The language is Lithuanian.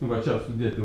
va čia sudėti